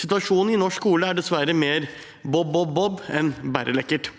Situasjonen i norsk skole er dessverre mer «bob-bob-bob» enn «bærre lekkert».